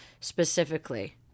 specifically